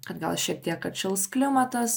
kad gal šiek tiek atšils klimatas